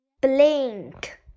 blink